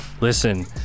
Listen